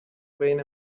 بین